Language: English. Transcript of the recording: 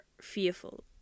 fearful